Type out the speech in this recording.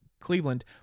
cleveland